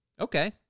Okay